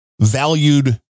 valued